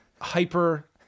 hyper